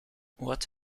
what